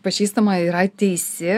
pažįstama yra teisi